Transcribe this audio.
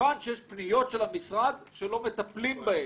כיוון שיש פניות של המשרד שלא מטפלים בהן.